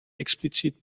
explizit